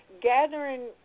gathering